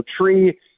tree